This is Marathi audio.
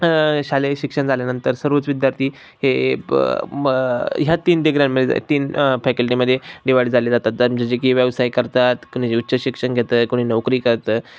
शालेय शिक्षण झाल्यानंतर सर्वच विद्यार्थी हे ह्या तीन डिग्र्यांमध्ये तीन फॅकल्टीमध्ये डिवाईड झाले जातात ज जे की व्यवसाय करतात कुणी ज उच्च शिक्षण घेतात कुणी नोकरी करतय